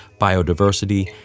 biodiversity